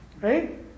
right